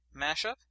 mashup